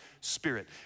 Spirit